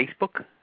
Facebook